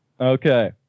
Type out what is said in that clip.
Okay